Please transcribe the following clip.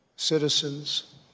citizens